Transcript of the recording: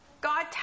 God